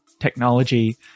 technology